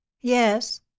Yes